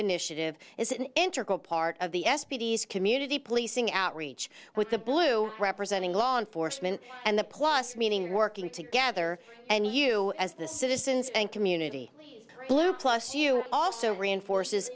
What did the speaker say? initiative is an integral part of the s p d community policing outreach with the blue representing law enforcement and the plus meeting working together and you as the citizens and community blue plus you also reinforces